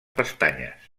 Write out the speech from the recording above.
pestanyes